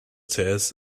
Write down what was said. tears